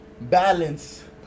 balance